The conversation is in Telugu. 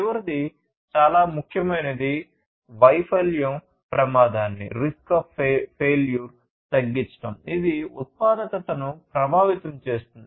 చివరిది చాలా ముఖ్యమైనది వైఫల్యం ప్రమాదాన్ని తగ్గించడం ఇది ఉత్పాదకతను ప్రభావితం చేస్తుంది